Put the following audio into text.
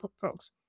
folks